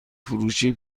فروشی